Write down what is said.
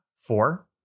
Four